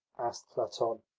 asked platon.